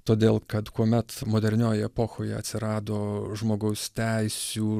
todėl kad kuomet moderniojoj epochoje atsirado žmogaus teisių